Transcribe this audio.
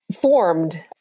formed